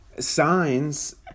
Signs